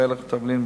מלח ותבלינים,